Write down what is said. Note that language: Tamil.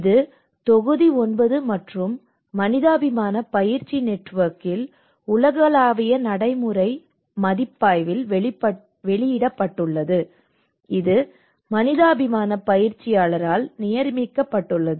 இது தொகுதி 9 மற்றும் மனிதாபிமான பயிற்சி நெட்வொர்க்கில் உலகளாவிய நடைமுறை மதிப்பாய்வில் வெளியிடப்பட்டுள்ளது இது மனிதாபிமான பயிற்சியாளரால் நியமிக்கப்பட்டுள்ளது